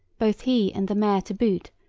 both he and the mayor to boot,